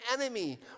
enemy